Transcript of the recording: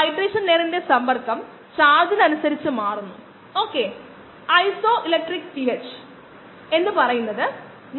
വ്യവസായത്തിൽ ഉപയോഗിക്കുന്ന എൻസൈമുകൾ ചില എൻസൈമുകൾ എന്നിവ നമ്മൾ പരിശോധിച്ചു ഒരു ബയോ റിയാക്ടറിലെ ബയോകോൺവേർഷനുകൾക്ക് ഉപയോഗിക്കാൻ കഴിയുന്ന എൻസൈമുകൾ